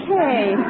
Okay